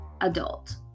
adult